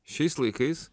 šiais laikais